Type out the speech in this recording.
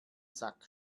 sack